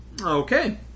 Okay